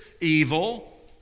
evil